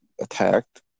attacked